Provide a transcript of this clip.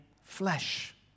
flesh